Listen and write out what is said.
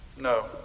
no